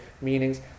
meanings